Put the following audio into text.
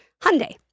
Hyundai